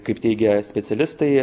kaip teigia specialistai